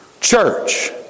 church